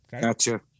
Gotcha